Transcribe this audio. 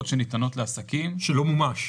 שלא מומש?